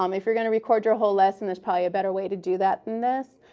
um if you're going to record your whole lesson, there's probably a better way to do that than this.